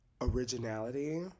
originality